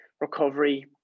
recovery